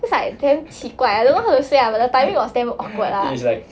is like damn 奇怪 I don't know how to say lah but the timing was damn awkward lah